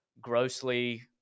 grossly